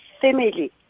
family